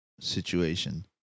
situation